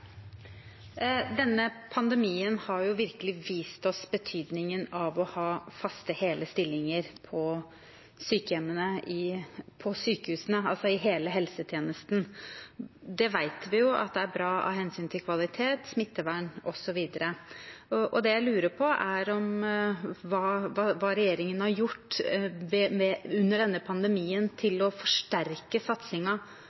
Denne pandemien har virkelig vist oss betydningen av å ha faste, hele stillinger på sykehjemmene og på sykehusene, altså i hele helsetjenesten. Det vet vi er bra av hensyn til kvalitet, smittevern, osv. Det jeg lurer på, er hva regjeringen har gjort under denne pandemien